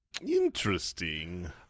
Interesting